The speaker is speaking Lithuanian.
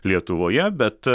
lietuvoje bet